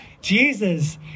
Jesus